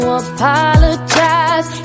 apologize